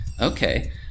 Okay